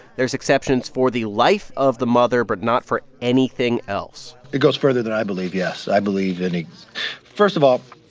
there's exceptions for the life of the mother but not for anything else it goes further than i believe, yes. i believe in first of all,